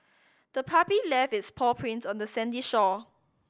the puppy left its paw prints on the sandy shore